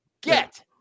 Get